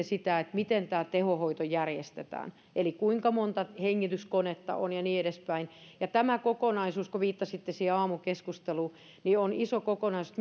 sitä miten tämä tehohoito järjestetään eli kuinka monta hengityskonetta on ja niin edespäin tämä kokonaisuus kun viittasitte siihen aamukeskusteluun on iso kokonaisuus